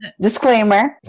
Disclaimer